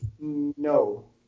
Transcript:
No